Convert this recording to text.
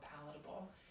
palatable